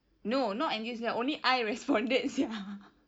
no not N_T_U silat only I responded sia